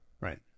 Right